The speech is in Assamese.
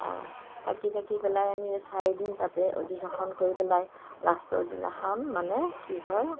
থাকি থাকি পেলাই আমি চাৰিদিন তাতে অধিবেশন কৰি পেলাই লাষ্টৰ দিনাখন মানে কি হয়